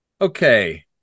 Okay